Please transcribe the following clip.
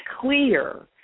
clear